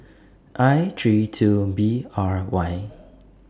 I three two B R Y